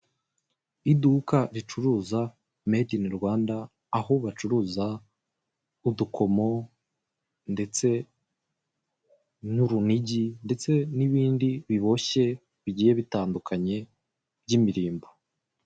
Iduka ricuruza medinirwanda aho bacuruza udukomo ndetse n'urunigi ndetse n'ibindi biboshye bigiye bitandukanye by'imirimbo.